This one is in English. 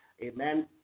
amen